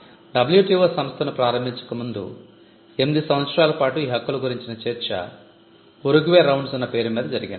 WTO సంస్థను ప్రారంభించక ముందు 8 సంవత్సరాల పాటు ఈ హక్కుల గురించిన చర్చ Uruguay Rounds అన్న పేరు మీద జరిగింది